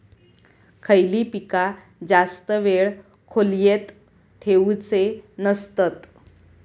खयली पीका जास्त वेळ खोल्येत ठेवूचे नसतत?